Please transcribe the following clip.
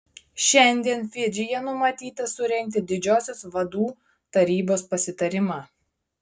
šiandien fidžyje numatyta surengti didžiosios vadų tarybos pasitarimą